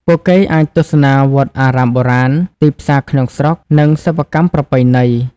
ពួកគេអាចទស្សនាវត្តអារាមបុរាណ ទីផ្សារក្នុងស្រុក និងសិប្បកម្មប្រពៃណី។